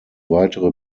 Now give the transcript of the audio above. weitere